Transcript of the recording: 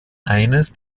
eines